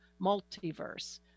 multiverse